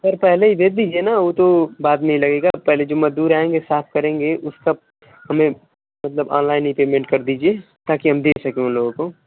sir पहले ही भेज दीजिए न उ तो बाद में ही लगेगा पहले जो मजदूर आएंगे साफ करेंगे उसका हमें मतलब अनलाइन ही पेमेंट कर दीजिए ताकि हम दे सकें उन लोगों को